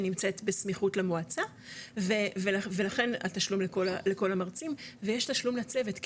שנמצאת בסמיכות למועצה ולכן התשלום לכל המרצים ויש תשלום לצוות,